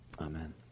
Amen